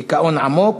דיכאון עמוק,